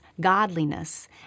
godliness